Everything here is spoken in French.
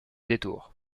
détour